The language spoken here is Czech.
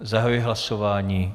Zahajuji hlasování.